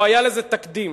לא היה לזה תקדים.